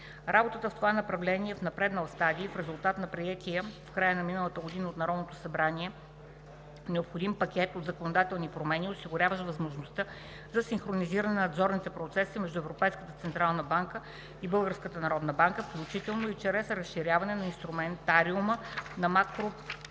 Работата в това направление е в напреднал стадий в резултат на приетия в края на миналата година от Народното събрание необходим пакет от законодателни промени, осигуряващ възможността за синхронизиране на надзорните процеси между Европейската централна банка и Българската народна банка, включително и чрез разширяване на инструментите на макропруденциалния